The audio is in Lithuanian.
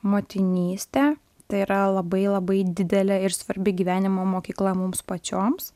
motinystė tai yra labai labai didelė ir svarbi gyvenimo mokykla mums pačioms